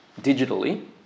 digitally